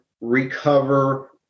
recover